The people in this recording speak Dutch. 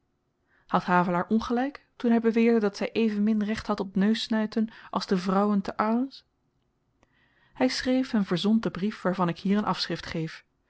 had havelaar ongelyk toen hy beweerde dat zy evenmin recht had op neussnuiten als de vrouwen te arles hy schreef en verzond den brief waarvan ik hier een afschrift geef